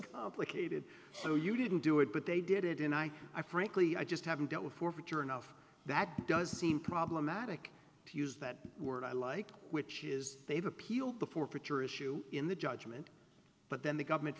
complicated so you didn't do it but they did it in i i frankly i just haven't dealt with forfeiture enough that does seem problematic to use that word i like which is they've appealed before pitcher issue in the judgment but then the government